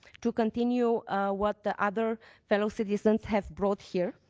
to continue what the other fellow citizens have brought here,